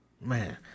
Man